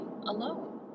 alone